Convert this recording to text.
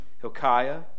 Hilkiah